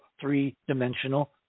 three-dimensional